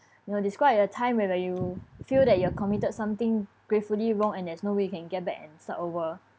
you know describe a time whereby you feel that you have committed something gravely wrong and there's no way you can get back and start over